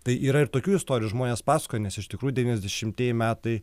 tai yra ir tokių istorijų žmonės pasakoja nes iš tikrųjų devyniasdešimtieji metai